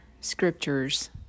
scriptures